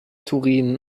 turin